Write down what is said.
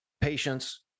patience